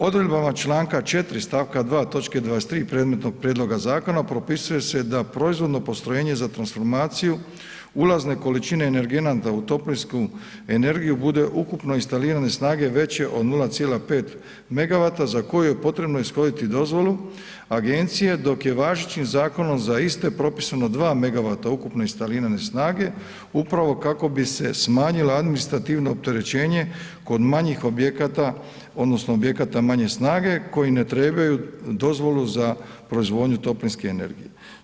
Odredbama članka 4. stavka 2. točke 23. predmetnog prijedloga zakona, propisuje se da proizvodno postrojenje za transformaciju, ulazne količine energenata u toplinsku energiju bude ukupno instalirane snage veće od 0,5 MW za koju je potrebno ishoditi dozvolu agencije dok je važećim zakonom za iste propisano 2 MW ukupni instalirane snage upravo kako bi se smanjilo administrativno opterećenje kod manjih objekata odnosno objekata manje snage koji ne trebaju dozvolu za proizvodnju toplinske energije.